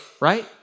Right